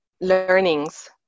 learnings